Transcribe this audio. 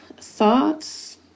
thoughts